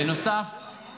כמה זמן?